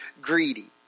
greedy